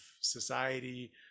society